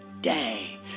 day